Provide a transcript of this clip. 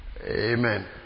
Amen